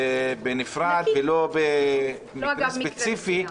בנפרד ולא במקרים ספציפיים.